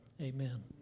Amen